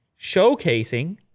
showcasing